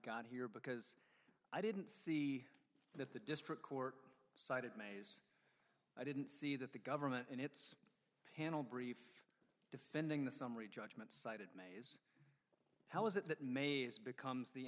got here because i didn't see that the district court sided maze i didn't see that the government in its panel brief defending the summary judgment cited made how is it that mays becomes the